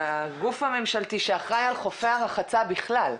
הגוף הממשלתי שאחראי על חופי הרחצה בכלל.